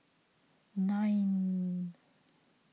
nine